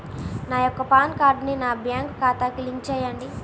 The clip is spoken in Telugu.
నా యొక్క పాన్ కార్డ్ని నా బ్యాంక్ ఖాతాకి లింక్ చెయ్యండి?